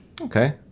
Okay